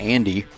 Andy